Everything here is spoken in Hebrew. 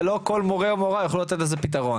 ולא כל מורה או מורה יכולים לתת לזה פתרון.